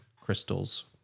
crystals